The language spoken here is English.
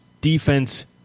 defense